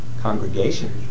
Congregation